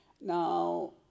Now